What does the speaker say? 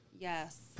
Yes